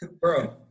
bro